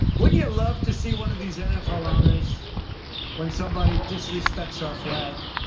wouldn't you love to see one of these nfl owners when somebody disrespects our flag,